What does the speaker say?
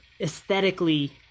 aesthetically